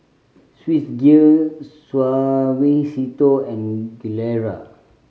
Swissgear Suavecito and Gilera